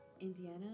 Indiana